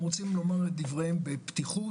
הם רוצים לומר את דבריהם בפתיחות,